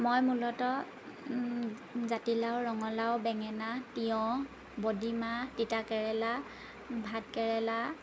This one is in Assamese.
মই মূলত জাতিলাও ৰঙালাও বেঙেনা তিয়ঁহ বডিমাহ তিতাকেৰেলা ভাত কেৰেলা